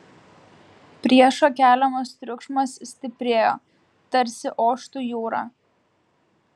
priešo keliamas triukšmas stiprėjo tarsi oštų jūra